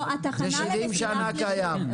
זה 70 שנה קיים.